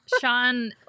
sean